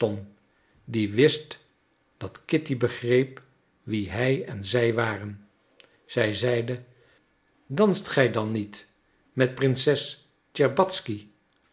die wist dat kitty begreep wie hij en zij waren zij zeide danst gij dan niet met prinses